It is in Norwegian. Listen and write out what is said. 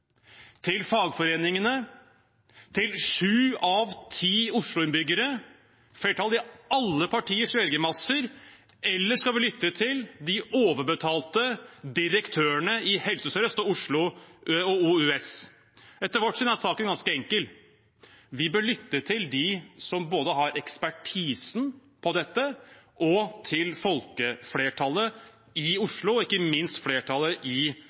til fagforeningene, til sju av ti Oslo-innbyggere, og til flertallet i alle partienes velgermasser, eller skal vi lytte til de overbetalte direktørene i Helse Sør-Øst og OUS? Etter vårt syn er saken ganske enkel: Vi bør lytte både til dem som har ekspertisen på dette, til folkeflertallet i Oslo, og ikke minst til flertallet i